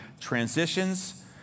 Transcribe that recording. transitions